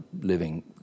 living